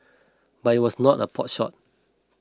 but it was not a potshot